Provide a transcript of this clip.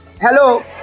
Hello